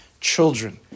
children